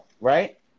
right